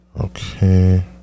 okay